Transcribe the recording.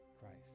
christ